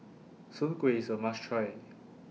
Soon Kway IS A must Try